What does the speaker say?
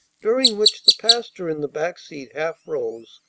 during which the pastor in the back seat half rose,